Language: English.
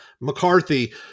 McCarthy